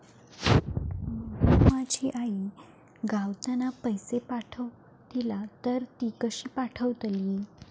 माका माझी आई गावातना पैसे पाठवतीला तर ती कशी पाठवतली?